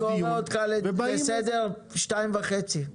אני קורא אותך לסדר בפעם השנייה וחצי.